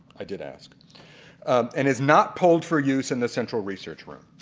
i did ask and is not pulled for use in the central research room.